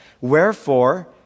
Wherefore